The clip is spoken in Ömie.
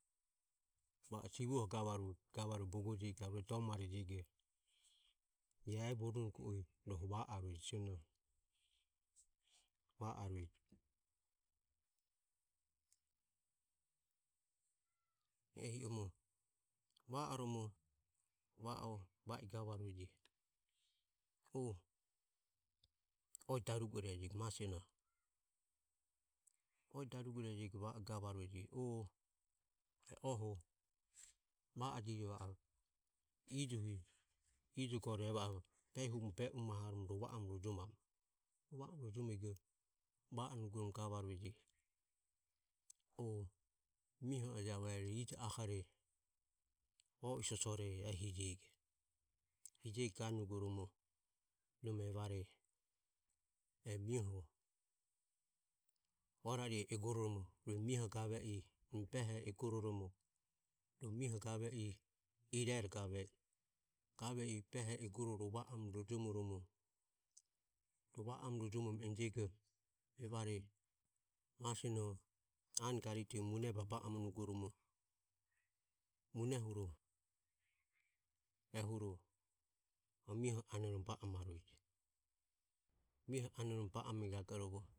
Va o sivoho gavarueje gavarue bogojiego arue domarejiego iae voronugo i rohu va arueje sionoho va arueje. Ehi oromo va oromo va o va i gavarueje oe darugo irajego ma sionoho oe darugo irajego va i gavarueje. Oo e oho va adire va o ije gore e va o be umo be umaho rova amrojom rova orojomego va orom gavarueje o mioho arue ijo ahore o i sosore e hijego. Hijego ganugoromo nome evare e mioho orari e egororomo rue mioho gave i rue behoho egororomo rue mioho gave i irero gave i behoho egororova orojomoromo rova oromo enijego. Evare ma sionoho anogarite mune baba amonugoromo mune huro ehuro mioho anoromo baba amarueje mioho anoromo baba amegagoro.